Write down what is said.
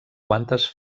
quantes